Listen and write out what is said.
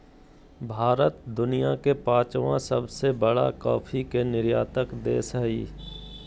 भारत दुनिया के पांचवां सबसे बड़ा कॉफ़ी के निर्यातक देश हइ